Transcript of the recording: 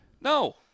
No